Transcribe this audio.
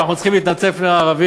אנחנו צריכים להתנצל בפני הערבים,